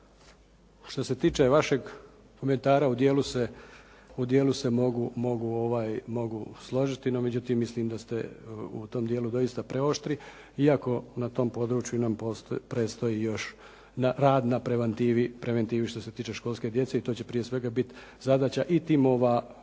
Što se tiče vašeg komentara u dijelu se mogu složiti, no međutim mislim da ste u tom dijelu doista preoštri iako na tom području nam predstoji još rad na preventivi što se tiče školske djece i to će prije svega biti zadaća